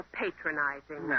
patronizing